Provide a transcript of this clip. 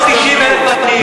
90,000 עניים,